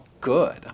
good